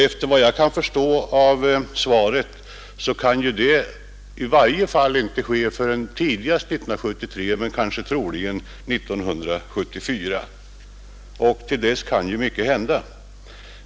Efter vad jag förstår av svaret kan det i varje fall inte ske förrän tidigast 1973, troligen 1974. Till dess kan ju mycket hända.